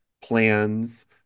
plans